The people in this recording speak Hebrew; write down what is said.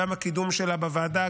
גם בקידום שלה בוועדה,